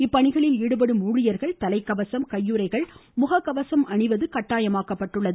இப்பணியில் ஈடுபடும் ஊழியர்கள் தலைக்கவசம் கையுறைகள் முகக்கவசம் அணிவது கட்டாயமாக்கப்பட்டுள்ளது